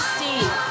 Steve